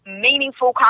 meaningful